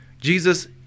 Jesus